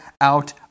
out